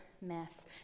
mess